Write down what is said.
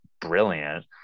brilliant